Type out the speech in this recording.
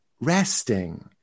resting